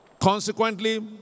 Consequently